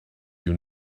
you